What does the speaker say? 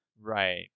Right